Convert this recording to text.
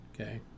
okay